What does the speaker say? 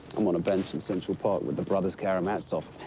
i'm on a bench in central park with the brothers karamazov.